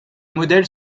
modèles